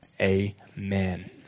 Amen